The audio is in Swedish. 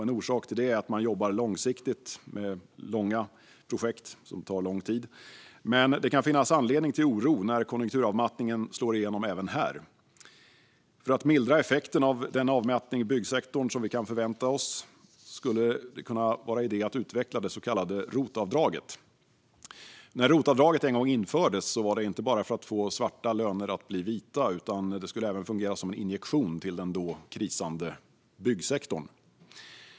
En orsak till detta är att man jobbar långsiktigt med projekt som tar tid. Men det kan finnas anledning till oro, när konjunkturavmattningen slår igenom även där. För att mildra effekten av den avmattning i byggsektorn vi kan förvänta oss skulle det kunna vara idé att utveckla det så kallade ROT-avdraget. När ROT-avdraget en gång infördes var det inte bara för att få svarta löner att bli vita, utan det skulle även fungera som en injektion till den då krisande byggsektorn.